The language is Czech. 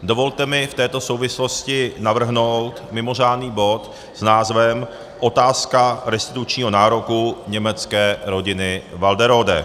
Dovolte mi v této souvislosti navrhnout mimořádný bod s názvem Otázka restitučního nároku německé rodiny Walderode.